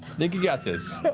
think you've got this.